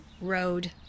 road